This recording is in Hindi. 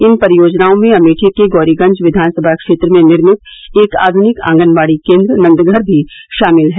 इन परियोजनाओं में अमेठी के गौरीगंज विधानसभा क्षेत्र में निर्मित एक आधुनिक आंगनबाड़ी केंद्र नंदघर भी शामिल है